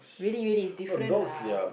really really is different lah